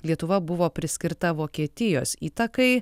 lietuva buvo priskirta vokietijos įtakai